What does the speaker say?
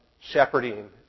shepherding